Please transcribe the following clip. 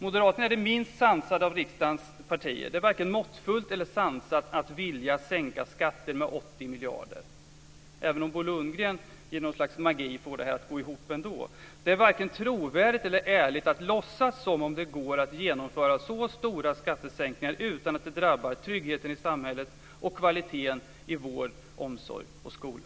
Moderaterna är det minst sansade av riksdagens partier. Det är varken måttfullt eller sansat att vilja sänka skatter med 80 miljarder, även om Bo Lundgren genom något slags magi får detta att gå ihop ändå. Det är varken trovärdigt eller ärligt att låtsas som att det går att genomföra så stora skattesänkningar utan att det drabbar tryggheten i samhället och kvaliteten i vård, omsorg och skola.